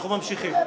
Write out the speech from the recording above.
אנחנו ממשיכים